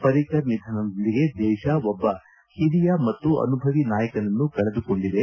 ಪರ್ರಿಕರ್ ನಿಧನದೊಂದಿಗೆ ದೇಶ ಒಬ್ಬ ಹಿರಿಯ ಮತ್ತು ಅನುಭವಿ ನಾಯಕನನ್ನು ಕಳೆದುಕೊಂಡಿದೆ